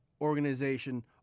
organization